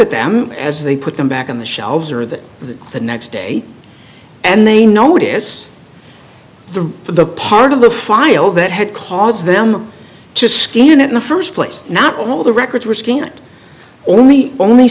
at them as they put them back on the shelves or that the next day and they notice the for the part of the file that had caused them to scan in the first place not all the records were scant only only